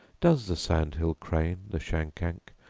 does the sandhill crane, the shankank,